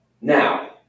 Now